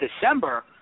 December